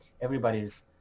everybody's